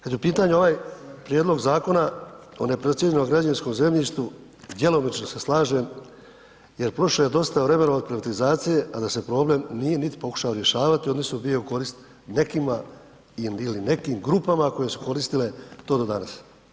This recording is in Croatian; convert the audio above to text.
Kada je u pitanju ovaj prijedlog Zakona o neprocijenjenom građevinskom zemljištu, djelomično se slažem jer prošlo je dosta vremena od privatizacije, a da se problem nije niti pokušao rješavati odnosno bio u korist nekima ili nekim grupama koje su koristile to do danas.